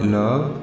love